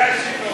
זה השינוי.